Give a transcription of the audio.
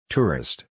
Tourist